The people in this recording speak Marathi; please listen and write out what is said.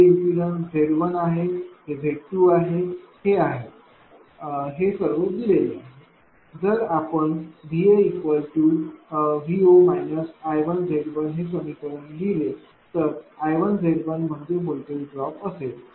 इथे हे इम्पीडन्स Z1 आहे हे Z2 आहे हे आहे हे सर्व दिले आहे जर आपण VAVO I1Z1 असे समीकरण लिहिले तर I1Z1म्हणजे व्होल्टेज ड्रॉप असेल